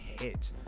hit